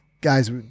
guys